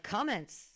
Comments